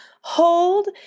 hold